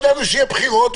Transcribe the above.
לא ידענו שיהיו בחירות,